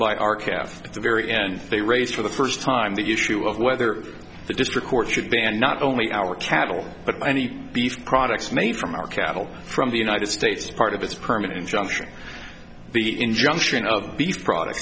by our calf at the very end they raised for the first time that usual whether the district court should ban not only our cattle but any beef products made from our cattle from the united states part of this permanent injunction the injunction of beef products